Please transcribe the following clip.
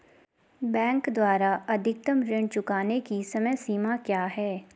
Bank द्वारा अधिकतम ऋण चुकाने की समय सीमा क्या है?